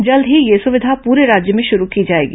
जल्द ही यह सविधा परे राज्य में शुरू की जाएगी